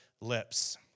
lips